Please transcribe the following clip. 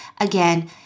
Again